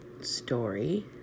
story